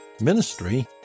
ministry